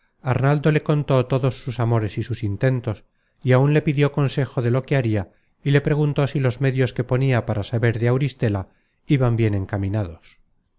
arnaldo le contó todos sus amores y sus intentos y áun le pidió consejo de lo que haria y le preguntó si los medios que ponia para saber de auristela iban bien encaminados